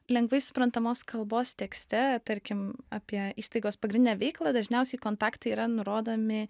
lengvai suprantamos kalbos tekste tarkim apie įstaigos pagrindinę veiklą dažniausiai kontaktai yra nurodomi